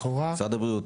לכאורה --- משרד הבריאות,